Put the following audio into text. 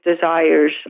desires